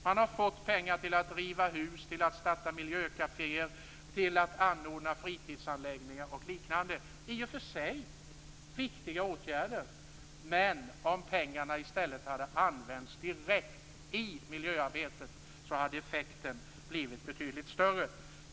Man har fått pengar till att riva hus, starta miljökaféer, anordna fritidsanläggningar och liknande i och för sig viktiga åtgärder, men om pengarna i stället hade använts direkt i miljöarbetet hade effekten blivit betydligt större.